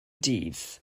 dydd